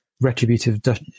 retributive